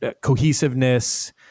cohesiveness